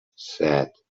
set